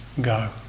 go